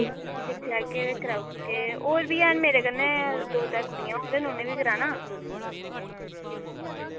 फ्ही दिक्खी लैगे ते कराऊ गे और बी हैन मेरे कन्नै दो त्रै कुड़ियां और न उ'नैं बी कराना